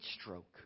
stroke